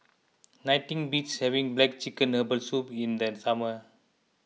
nothing beats having Black Chicken Herbal Soup in the summer